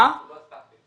עוד לא הספקתי.